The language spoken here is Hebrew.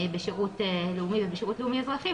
בשירות לאומי ובשירות לאומי אזרחי,